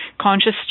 conscious